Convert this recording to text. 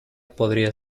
podría